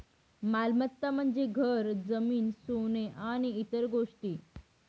मालमत्ता म्हणजे घर, जमीन, सोने आणि इतर गोष्टी